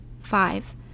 Five